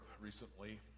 recently